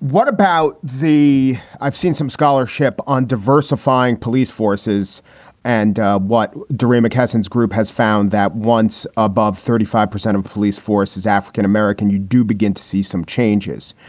what about the i've seen some scholarship on diversifying police forces and what deray mckesson group has found that once above thirty five percent of police force is african-american. you do begin to see some changes.